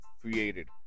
created